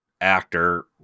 actor